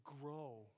grow